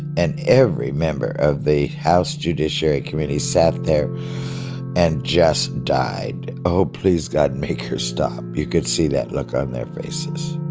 and every member of the house judiciary committee sat there and just died. oh, please, god, make her stop. you could see that look on their faces